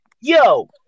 yo